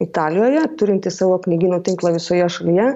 italijoje turinti savo knygynų tinklą visoje šalyje